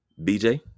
BJ